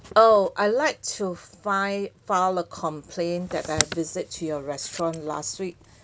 oh I like to fi~ file a complaint that I visit to your restaurant last week